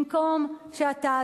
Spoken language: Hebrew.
במקום שאתה,